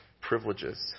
privileges